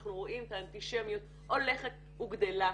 שאנחנו רואים את האנטישמיות הולכת וגדלה.